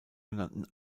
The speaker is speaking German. genannten